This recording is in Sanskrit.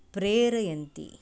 प्रेरयन्ति